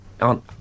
on